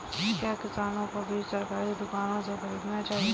क्या किसानों को बीज सरकारी दुकानों से खरीदना चाहिए?